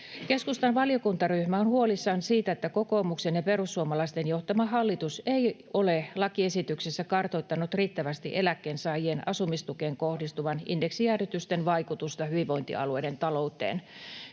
Keskustan valiokuntaryhmä on huolissaan siitä, että kokoomuksen ja perussuomalaisten johtama hallitus ei ole lakiesityksessä kartoittanut riittävästi eläkkeensaajien asumistukeen kohdistuvan indeksijäädytyksen vaikutusta hyvinvointialueiden talouteen.